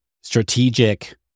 strategic